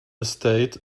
estate